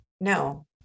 No